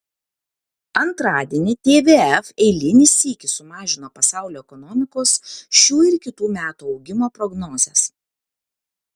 antradienį tvf eilinį sykį sumažino pasaulio ekonomikos šių ir kitų metų augimo prognozes